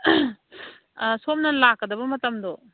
ꯁꯣꯝꯅ ꯂꯥꯛꯀꯗꯕ ꯃꯇꯝꯗꯣ